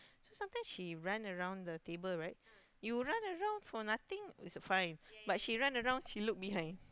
so sometime she run around the table right you run around for nothing is fine but she run around she look behind